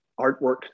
artwork